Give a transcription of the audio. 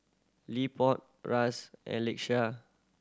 Leopold Ras and Lakeshia